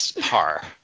par